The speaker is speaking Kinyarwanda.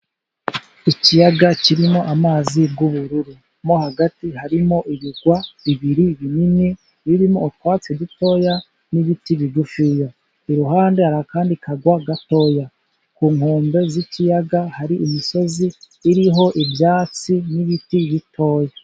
Ikiyaga kirimo amazi y'ubururu, mo hagati harimo ibirwa bibiri binini birimo utwatsi dutoya n'ibiti bigufi. Iruhande hari akandi karwa gato, ku nkombe z'ikiyaga hari imisozi iriho ibyatsi n'ibiti bitoya.